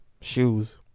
shoes